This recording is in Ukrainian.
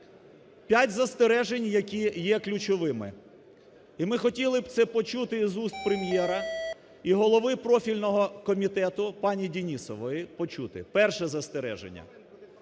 П'ять застережень, які є ключовими. І ми б хотіли це почути з уст Прем'єра і голови профільного комітету пані Денісової почути. Перше застереження.